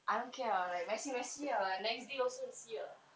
I don't care ah like messy messy ah next day also to see ah